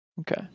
Okay